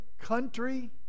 country